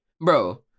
bro